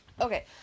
Okay